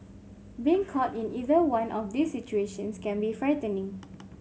being caught in either one of these situations can be frightening